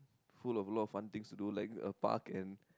full of a lot of fun things to do like a park and